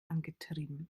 angetrieben